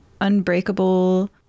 unbreakable